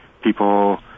People